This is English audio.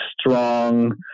strong